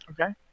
Okay